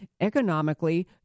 economically